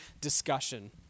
discussion